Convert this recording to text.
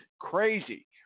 crazy